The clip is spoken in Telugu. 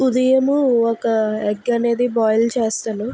ఉదయము ఒక ఎగ్ అనేది బాయిల్ చేస్తాను